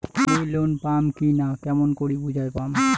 মুই লোন পাম কি না কেমন করি বুঝা পাম?